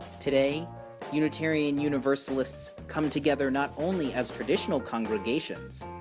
today unitarian universalists come together not only as traditional congregations.